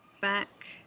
back